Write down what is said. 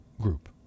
group